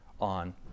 on